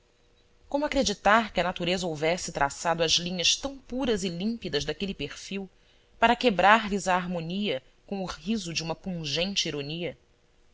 como acreditar que a natureza houvesse traçado as linhas tão puras e límpidas daquele perfil para quebrar lhes a harmonia com o riso de uma pungente ironia